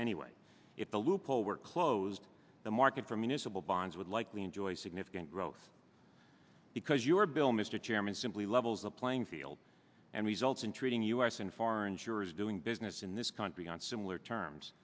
anyway it's a loophole were closed the market for municipal bonds would likely enjoy significant growth because your bill mr chairman simply levels the playing field and results in treating u s and foreign juries doing business in this country on similar terms